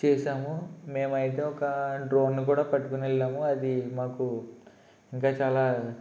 చేశాము మేము అయితే ఒక డ్రోన్ కూడా పట్టుకొని వెళ్ళాము అది మాకు ఇంకా చాలా